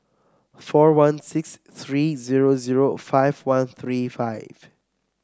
four one six three zero zero five one three five